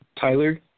Tyler